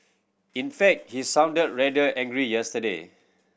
in fact he sounded rather angry yesterday